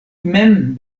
mem